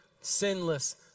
sinless